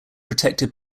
protected